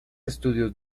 estudios